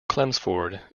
chelmsford